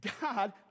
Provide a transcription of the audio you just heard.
god